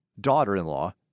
daughter-in-law